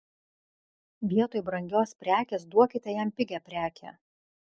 vietoj brangios prekės duokite jam pigią prekę